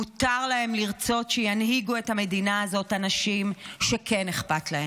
מותר להם לרצות שינהיגו את המדינה הזאת אנשים שכן אכפת להם.